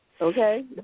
Okay